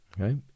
okay